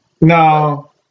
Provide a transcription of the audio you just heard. No